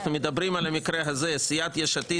אנחנו מדברים על המקרה הזה בו סיעת יש עתיד